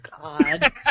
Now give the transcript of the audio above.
God